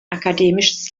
akademisches